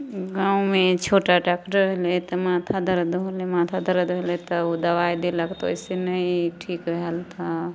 गाममे छोटा डॉक्टर हइ ने तऽ माथा दरद होलै माथा दरद होलै तऽ ओ दवाइ देलक तऽ ओहिसे नहि ठीक भेल तऽ